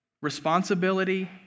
Responsibility